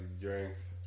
drinks